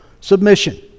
submission